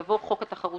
יבוא "חוק התחרות